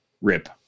rip